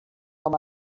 com